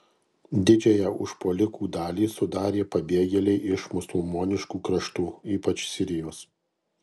didžiąją užpuolikų dalį sudarė pabėgėliai iš musulmoniškų kraštų ypač sirijos